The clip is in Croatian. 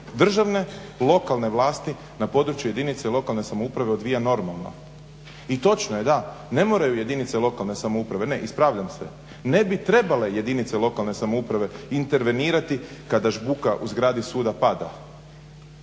državne lokalne vlasti na području jedinica lokalne samouprave odvija normalno. I točno je, da, ne moraju jedinice lokalne samouprave. Ne. Ispravljam se. Ne bi trebale jedinice lokalne samouprave intervenirati kada žbuka u zgradi suda pada,